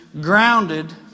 grounded